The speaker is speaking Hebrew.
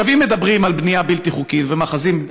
אם מדברים על בנייה בלתי חוקית ומאחזים בלתי חוקיים,